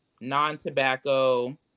non-tobacco